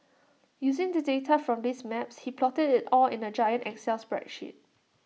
using the data from these maps he plotted IT all in A giant excel spreadsheet